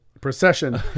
procession